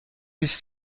است